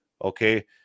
okay